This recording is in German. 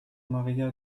maria